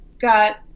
got